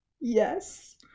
Yes